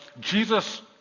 Jesus